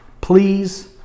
please